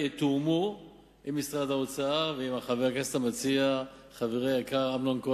הרי במושב הקיץ זה בטח לא יידון.